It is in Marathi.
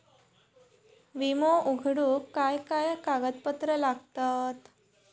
विमो उघडूक काय काय कागदपत्र लागतत?